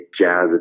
jazz